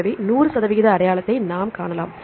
எனவே 100 சதவீத அடையாளத்தை நாம் காணலாம்